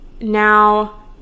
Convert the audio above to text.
now